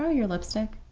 ah your lipstick?